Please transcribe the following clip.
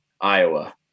Iowa